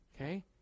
Okay